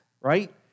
right